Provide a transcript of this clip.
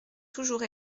toujours